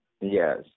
Yes